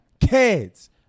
kids